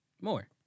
More